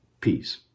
Peace